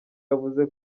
yavuze